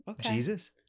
Jesus